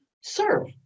serve